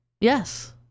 yes